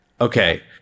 Okay